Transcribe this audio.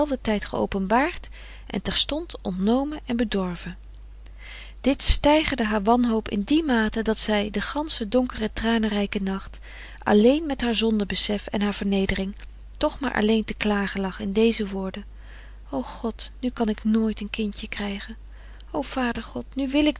tijd geopenbaard en terstond ontnomen en bedorven dit steigerde haar wanhoop in die mate dat zij den ganschen donkeren tranenrijken nacht alleen met haar zonde besef en haar vernedering toch maar alleen te klagen lag in deze woorden o god nu kan ik nooit een kindje krijgen o vader god nu wil ik